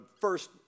first